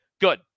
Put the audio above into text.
Good